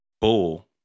bull